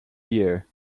year